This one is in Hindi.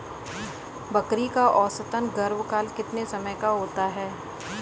बकरी का औसतन गर्भकाल कितने समय का होता है?